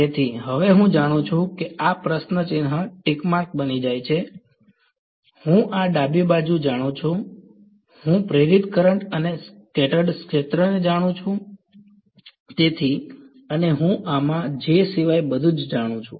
તેથી હવે હું જાણું છું કે આ પ્રશ્ન ચિહ્ન ટિક માર્ક બની જાય છે હું આ ડાબી બાજુ જાણું છું હું પ્રેરિત કરંટ અને સ્કેટર્ડ ક્ષેત્રને જાણું છું તેથી અને હું આમાં J સિવાય બધું જાણું છું